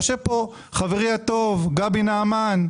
יושב פה חברי הטוב גבי נעמן,